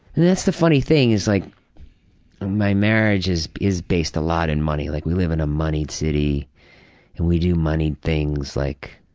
and s the funny thing, like my marriage is is based a lot in money. like we live in a moneyed city and we do moneyed things like,